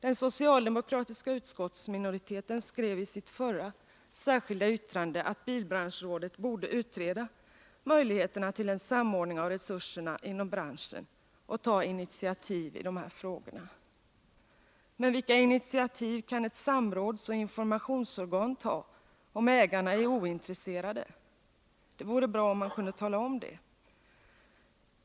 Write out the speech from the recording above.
Den socialdemokrätiska utskottsminoriteten skrev i sitt förra särskilda yttrande att bilbranschrådet borde utreda möjligheterna till en samordning av resurserna inom branschen och ta initiativ i dessa frågor. Men vilka initiativ kan ett samrådsoch informationsorgan ta om ägarna är ointresserade? Det vore bra om man kunde tala om det.